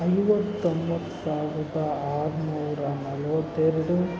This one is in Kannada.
ಐವತ್ತೊಂಬತ್ತು ಸಾವಿರ್ದ ಆರುನೂರ ನಲ್ವತ್ತೆರಡು